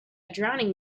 drowning